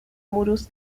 modus